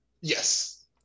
Yes